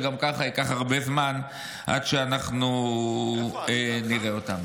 שגם ככה ייקח הרבה זמן עד שאנחנו נראה אותם.